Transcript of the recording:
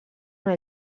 una